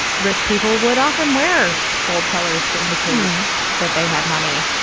rich people would often wear bold colors to indicating that they had money.